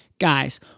guys